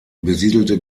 besiedelte